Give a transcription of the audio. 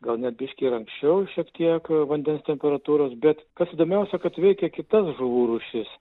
gal net biški ir anksčiau šiek tiek vandens temperatūros bet kas įdomiausia kad veikia kitas žuvų rūšis